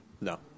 No